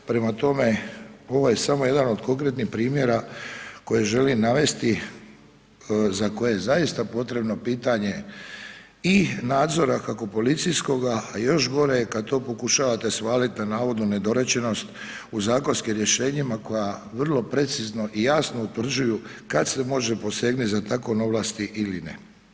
Prema tome, ovo je samo jedan od konkretnih primjera koje želim navesti za koje je zaista potrebno pitanje i nadzora kako policijskoga, a još gore je kad to pokušavate svalit na navodnu nedorečenost u zakonskim rješenjima koja vrlo precizno i jasno utvrđuju kad se može posegnut za takvom ovlasti ili ne.